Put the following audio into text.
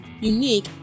unique